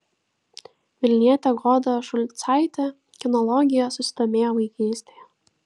vilnietė goda šulcaitė kinologija susidomėjo vaikystėje